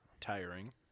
tiring